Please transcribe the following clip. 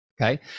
okay